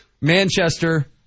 Manchester